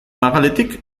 magaletik